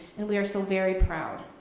and we are so very proud.